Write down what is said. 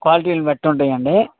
క్వాలిటీలు బట్టి ఉంటాయి అండి